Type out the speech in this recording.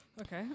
Okay